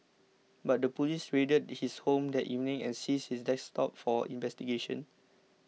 but the police raided his home that evening and seized his desktop for investigation